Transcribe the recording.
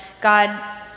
God